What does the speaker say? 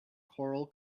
coral